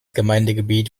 gemeindegebiet